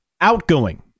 outgoing